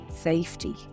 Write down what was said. safety